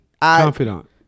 Confidant